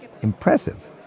impressive